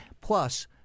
Plus